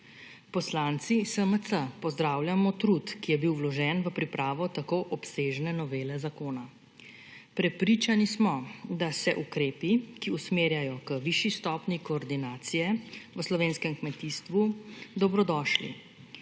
Poslanci SMC pozdravljamo trud, ki je bil vložen v pripravo tako obsežne novele zakona. Prepričani smo, da so ukrepi, ki usmerjajo k višji stopnji koordinacije v slovenskem kmetijstvu, dobrodošli.